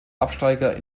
absteiger